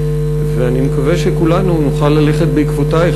ואני מקווה שכולנו נוכל ללכת בעקבותייך